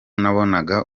nabonaga